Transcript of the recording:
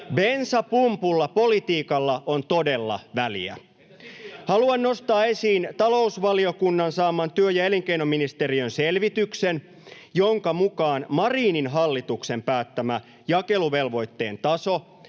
Bensapumpulla politiikalla on todella väliä. Haluan nostaa esiin talousvaliokunnan saaman työ- ja elinkeinoministeriön selvityksen, jonka mukaan Marinin hallituksen päättämä jakeluvelvoitteen taso